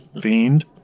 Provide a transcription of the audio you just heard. fiend